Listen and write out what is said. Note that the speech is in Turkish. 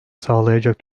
sağlayacak